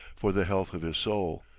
for the health of his soul.